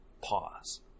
Pause